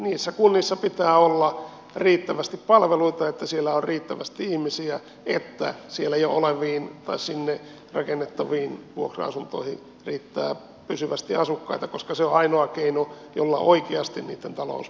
niissä kunnissa pitää olla riittävästi palveluita että siellä on riittävästi ihmisiä että siellä jo oleviin tai sinne rakennettaviin vuokra asuntoihin riittää pysyvästi asukkaita koska se on ainoa keino jolla oikeasti niitten talous pystytään turvaamaan